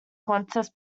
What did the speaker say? qantas